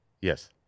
Yes